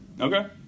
Okay